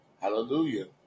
Hallelujah